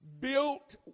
built